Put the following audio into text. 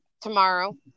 Tomorrow